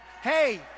Hey